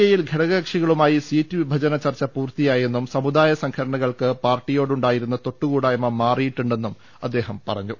എയിൽ ഘടകകക്ഷികളുമായി സീറ്റ് വിഭജന ചർച്ച പൂർത്തിയായെന്നും സമുദായ സംഘടനകൾക്ക് പാർട്ടിയോട് ഉണ്ടാ യിരുന്ന തൊട്ടുകൂടായ്മ മാറിയിട്ടുണ്ടെന്നും അദ്ദേഹം പറഞ്ഞു